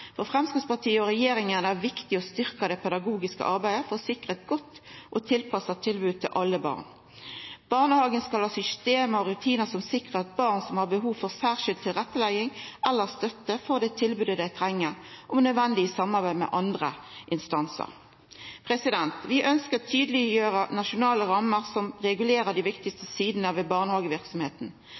For Framstegspartiet og regjeringa er det viktig å styrkja det pedagogiske arbeidet for å sikra eit godt og tilpassa tilbod til alle barn. Barnehagen skal ha system og rutinar som sikrar at barn som har behov for særskild tilrettelegging eller støtte, får det tilbodet dei treng, om nødvendig i samarbeid med andre instansar. Vi ønskjer å tydeleggjera dei nasjonale rammene som regulerer dei viktigaste sidene ved